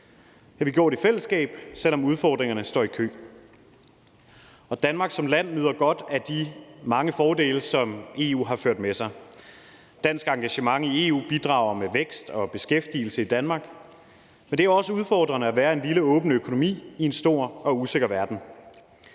vi gjort i fællesskab, selv om udfordringerne står i kø. Danmark som land nyder godt af de mange fordele, som EU har ført med sig. Dansk engagement i EU bidrager med vækst og beskæftigelse i Danmark, for det er også udfordrende at være en lille åben økonomi i en stor og usikker verden.